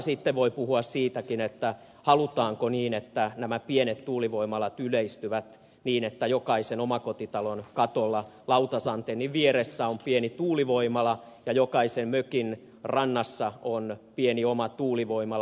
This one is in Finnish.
toisaalta voi puhua siitäkin halutaanko että nämä pienet tuulivoimalat yleistyvät niin että jokaisen omakotitalon katolla lautasantennin vieressä on pieni tuulivoimala ja jokaisen mökin rannassa on pieni oma tuulivoimala